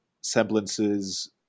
semblances